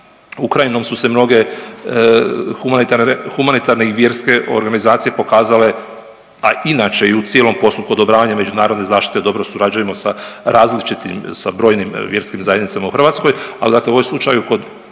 Ukrajinom su se mnoge humanitarne i vjerske organizacije pokazale, a inače u cijelom postupku odobravanja međunarodne zaštite dobro surađujemo sa različitim, sa brojnim vjerskim zajednicama u Hrvatskoj. Ali dakle u ovom slučaju kod